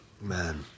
Man